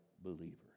believers